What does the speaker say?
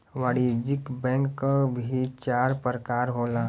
वाणिज्यिक बैंक क भी चार परकार होला